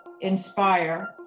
inspire